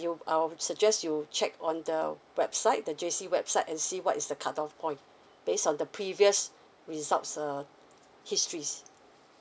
you I would suggest you check on the website the J_C website and see what is the cut off point based on the previous results err histories